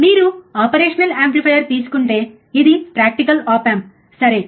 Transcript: మీరు operational amplifier తీసుకుంటే ఇది ప్రాక్టికల్ ఆప్ ఆంప్ సరే